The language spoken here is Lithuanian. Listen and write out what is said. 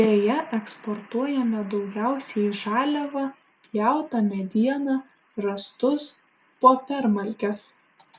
deja eksportuojame daugiausiai žaliavą pjautą medieną rąstus popiermalkes